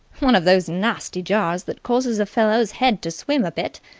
one of those nasty jars that cause a fellow's head to swim a bit,